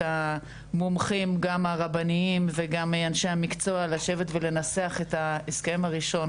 המומחים גם הרבנים וגם אנשי המקצוע לשבת ולנסח את ההסכם הראשון.